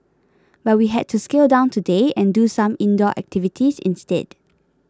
but we had to scale down today and do some indoor activities instead